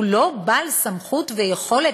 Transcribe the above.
הוא לא בעל סמכות ויכולת,